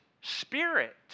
spirit